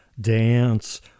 Dance